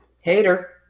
hater